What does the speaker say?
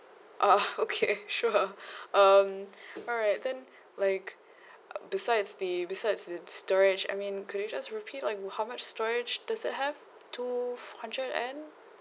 oh okay sure um alright then like uh besides the besides the storage I mean could you just repeat like how much storage does it have two hundred and